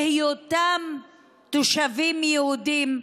בהיותם תושבים יהודים,